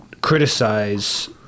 criticize